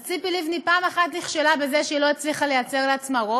אז ציפי לבני פעם אחת נכשלה בזה שהיא לא הצליחה לייצר רוב.